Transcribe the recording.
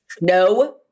No